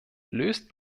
löst